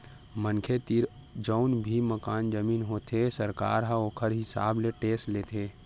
मनखे तीर जउन भी मकान, जमीन होथे सरकार ह ओखर हिसाब ले टेक्स लेथे